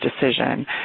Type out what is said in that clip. decision